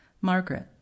Margaret